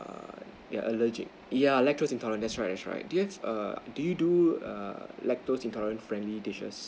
err yeah allergic yeah lactose intolerant that's right that's right do you have err do you do err lactose intolerant friendly dishes